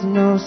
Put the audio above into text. no